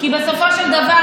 כי בסופו של דבר,